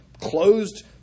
closed